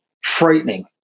frightening